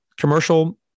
commercial